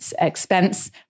expense